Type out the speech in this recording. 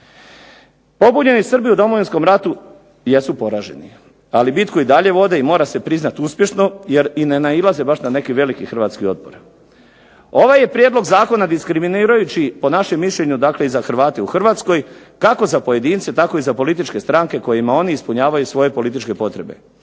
Pobunjeni Srbi u Domovinskom ratu jesu poraženi, ali bitku i dalje vode i mora se priznat uspješno jer i ne nailaze baš na neki veliki hrvatski otpor. Ovaj je prijedlog zakona diskriminirajući po našem mišljenju dakle i za Hrvate u Hrvatskoj, kako za pojedince tako i za političke stranke kojima oni ispunjavaju svoje političke potrebe.